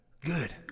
Good